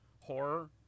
horror